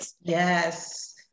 Yes